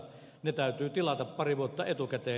ne täytyy tilata pari vuotta etukäteen